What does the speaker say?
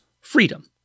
freedom